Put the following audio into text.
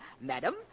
Madam